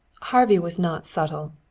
harvey was not subtle.